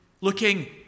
looking